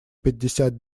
пятьдесят